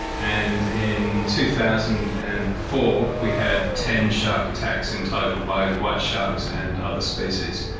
and in two thousand and four we had ten shark attacks in total by white sharks and other species.